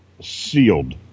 sealed